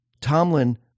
Tomlin